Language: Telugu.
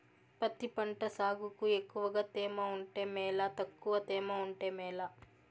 పత్తి పంట సాగుకు ఎక్కువగా తేమ ఉంటే మేలా తక్కువ తేమ ఉంటే మేలా?